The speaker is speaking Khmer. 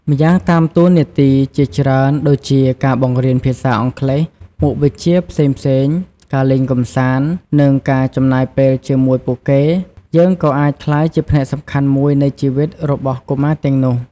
ម្យ៉ាងតាមរយៈតួនាទីជាច្រើនដូចជា ការបង្រៀនភាសាអង់គ្លេស មុខវិជ្ជាផ្សេងៗ ការលេងកម្សាន្ត និងការចំណាយពេលជាមួយពួកគេ យើងអាចក្លាយជាផ្នែកសំខាន់មួយនៃជីវិតរបស់កុមារទាំងនោះ។